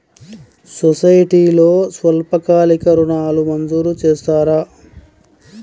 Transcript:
సొసైటీలో స్వల్పకాలిక ఋణాలు మంజూరు చేస్తారా?